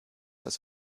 das